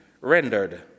rendered